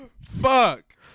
Fuck